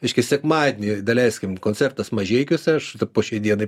reiškia sekmadienį daleiskim koncertas mažeikius aš po šiai dienai